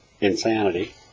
Insanity